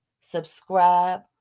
subscribe